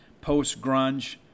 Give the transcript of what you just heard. post-grunge